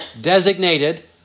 designated